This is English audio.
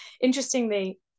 Interestingly